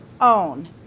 own